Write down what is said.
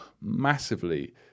massively